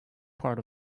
part